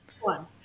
one